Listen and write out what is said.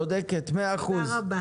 צודקת מאה אחוז.